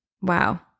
Wow